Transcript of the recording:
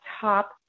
top